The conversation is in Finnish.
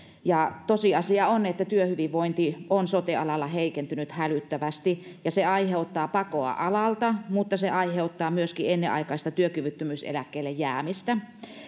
tosiasia on että työhyvinvointi on sote alalla heikentynyt hälyttävästi ja se aiheuttaa pakoa alalta mutta se aiheuttaa myöskin ennenaikaista työkyvyttömyyseläkkeelle jäämistä